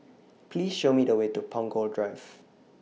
Please Show Me The Way to Punggol Drive